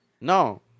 No